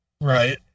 Right